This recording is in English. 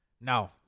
No